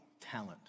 talent